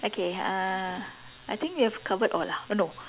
okay uh I think we have covered lah no